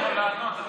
אני יכול לענות,